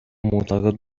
معتقد